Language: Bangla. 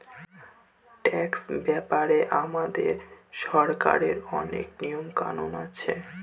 ট্যাক্স ব্যাপারে আমাদের সরকারের অনেক নিয়ম কানুন আছে